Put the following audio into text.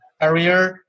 area